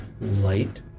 light